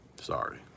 sorry